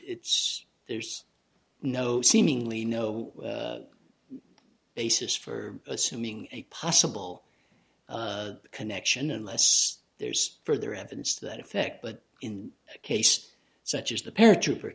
it's there's no seemingly no basis for assuming a possible connection unless there's further evidence to that effect but in a case such as the paratrooper